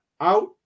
out